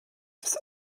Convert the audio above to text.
des